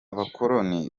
bakoloni